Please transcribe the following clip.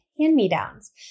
hand-me-downs